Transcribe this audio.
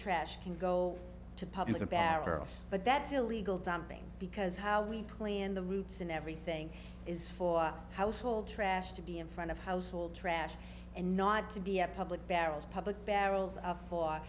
trash can go to public the barrels but that's illegal dumping because how we play in the roots and everything is for household trash to be in front of household trash and not to be a public barrels public barrels of